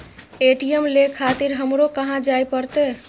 ATM ले खातिर हमरो कहाँ जाए परतें?